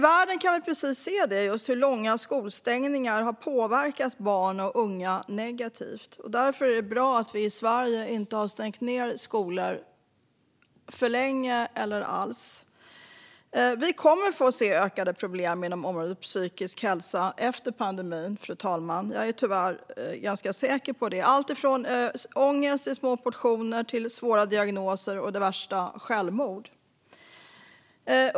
Vi kan se hur långa skolstängningar i andra länder har påverkat barn och unga negativt. Därför är det bra att Sverige inte har stängt skolor länge eller alls. Fru talman! Vi kommer att få se ökade problem inom området psykisk hälsa efter pandemin. Jag är tyvärr ganska säker på det. Det handlar om allt från ångest i små portioner till svåra diagnoser och, i värsta fall, självmord.